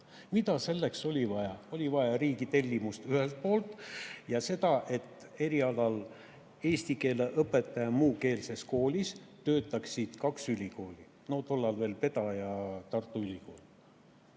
Mida selleks oli vaja? Oli vaja riigi tellimust ühelt poolt, ja seda, et eriala "eesti keele õpetaja muukeelses koolis" pakuksid kaks ülikooli: tollal veel peda ja Tartu Ülikool.